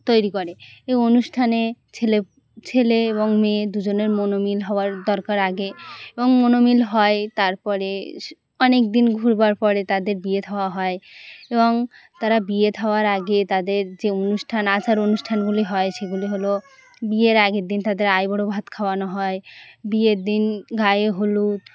তৈরি করে এই অনুষ্ঠানে ছেলে ছেলে এবং মেয়ে দুজনের মনোমিল হওয়ার দরকার আগে এবং মনোমিল হয় তারপরে অনেক দিন ঘুরবার পরে তাদের বিয়ে থাওয়া হয় এবং তারা বিয়ে থাওয়ার আগে তাদের যে অনুষ্ঠান আচার অনুষ্ঠানগুলি হয় সেগুলি হলো বিয়ের আগের দিন তাদের আইবুড়ো ভাত খাওয়ানো হয় বিয়ের দিন গায়ে হলুদ